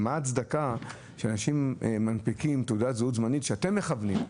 מה ההצדקה שלאנשים מנפיקים תעודת זהות זמנית אליה אתם מכוונים?